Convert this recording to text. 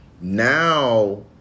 now